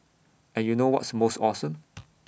and you know what's most awesome